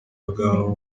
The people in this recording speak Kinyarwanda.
baganga